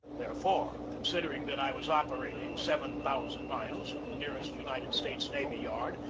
therefore, considering that i was operating seven thousand miles from the nearest united states navy yard,